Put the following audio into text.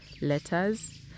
letters